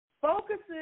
focuses